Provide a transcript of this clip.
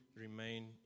remain